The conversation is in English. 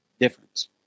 difference